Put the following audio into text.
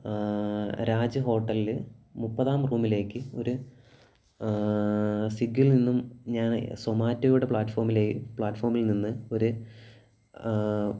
രാജ് ഹോട്ടലിൽ മുപ്പതാം റൂമിലേക്ക് ഒരു സ്വിഗ്ഗിയിൽ നിന്നും ഞാൻ സൊമാറ്റോയുടെ പ്ലാറ്റ്ഫോമിലെ പ്ലാറ്റ്ഫോമിൽ നിന്ന് ഒരു